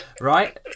Right